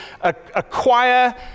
acquire